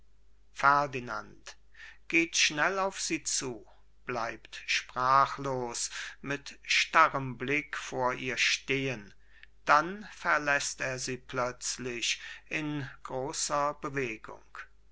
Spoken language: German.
bleibt sprachlos mit starrem blick vor ihr stehen dann verläßt er sie plötzlich in großer bewegung